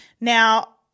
Now